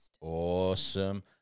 Awesome